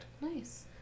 nice